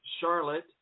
Charlotte